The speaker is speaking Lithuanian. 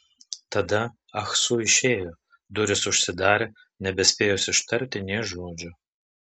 tada ah su išėjo durys užsidarė nebespėjus ištarti nė žodžio